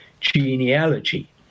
genealogy